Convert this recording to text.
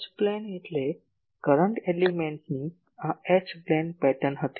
H plane એટલે current એલિમેન્ટની આ H પ્લેન પેટર્ન હતી